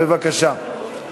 בבקשה.